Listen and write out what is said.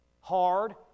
Hard